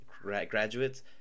graduates